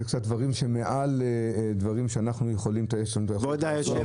הם דברים שהם קצת מעל למה שאנחנו יכולים לעשות בוועדה.